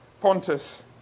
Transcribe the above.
Pontus